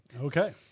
Okay